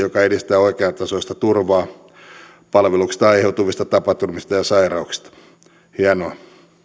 joka edistää oikeantasoista turvaa palveluksesta aiheutuvista tapaturmista ja sairauksista hienoa